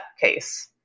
case